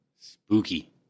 spooky